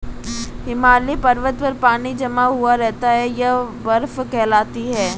हिमालय पर्वत पर पानी जमा हुआ रहता है यह बर्फ कहलाती है